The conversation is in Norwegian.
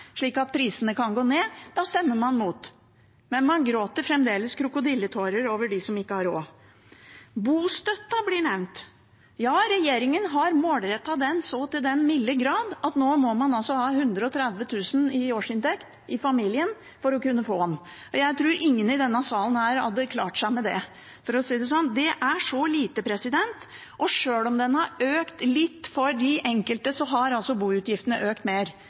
slik at prisene kan gå ned – da stemmer man imot. Men man gråter fremdeles krokodilletårer over dem som ikke har råd. Bostøtten blir nevnt. Regjeringen har målrettet den så til den milde grad at man nå ikke må ha mer enn 130 000 kr i årsinntekt i familien for å kunne få den. Jeg tror ingen i denne salen hadde klart seg med det, for å si det sånn. Det er så lite, og sjøl om den har økt litt for de enkelte, har altså boutgiftene økt mer.